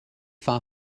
far